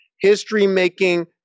History-making